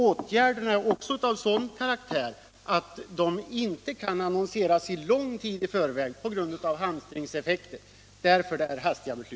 Åtgärderna är av sådan karaktär att de inte kan annonseras lång tid i förväg på grund av hamstringseffekter. Därför detta hastiga beslut.